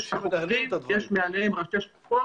יש חוקרים, יש מעליהם ראשי שלוחות